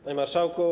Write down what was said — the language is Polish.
Panie Marszałku!